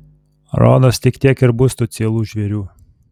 rodos tik tiek ir bus tų cielų žvėrių